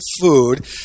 food